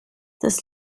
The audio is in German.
das